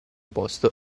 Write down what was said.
posto